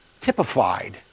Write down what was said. typified